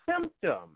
symptom